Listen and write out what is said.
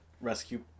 rescue